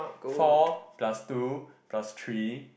four plus two plus three